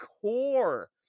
Core